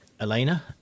Elena